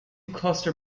cluster